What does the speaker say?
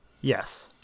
Yes